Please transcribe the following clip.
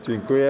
Dziękuję.